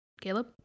Caleb